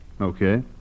Okay